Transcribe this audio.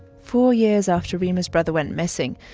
four years after reema's brother went missing,